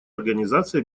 организации